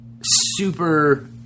super